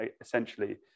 essentially